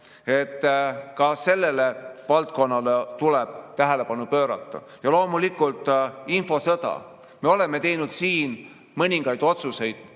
Ka sellele valdkonnale tuleb tähelepanu pöörata. Loomulikult, infosõda. Me oleme teinud mõningaid otsuseid